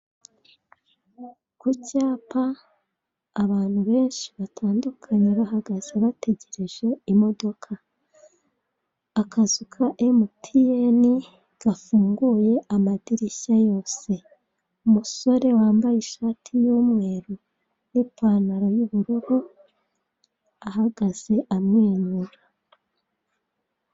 Ku cyapa abantu benshi batandukanye bahagaze bategereje imodoka, akazu ka emutiyene gafunguye amadirishya yose, umusore wambaye ishati y'umweru n'ipantaro y'ubururu ahagaze amwenyura.